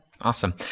awesome